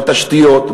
בתשתיות,